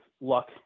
luck